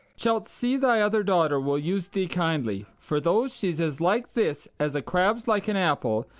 shalt see thy other daughter will use thee kindly for though she's as like this as a crab's like an apple,